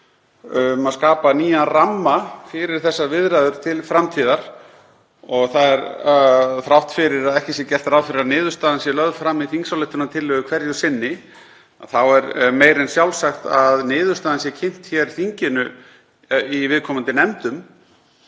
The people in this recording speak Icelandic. um að skapa nýjan ramma fyrir þessar viðræður til framtíðar. Þrátt fyrir að ekki sé gert ráð fyrir að niðurstaðan sé lögð fram í þingsályktunartillögu hverju sinni þá er meira en sjálfsagt að niðurstaðan sé kynnt þinginu í viðkomandi nefndum